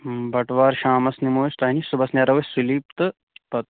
بَٹوار شامَس نِمَو أسۍ تۄہہِ نِش صبُحس نیرو أسۍ صُلی تہٕ پَتہٕ